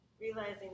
realizing